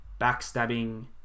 backstabbing